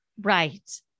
Right